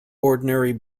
ordinary